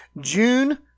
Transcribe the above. June